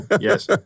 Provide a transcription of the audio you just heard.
yes